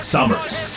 Summers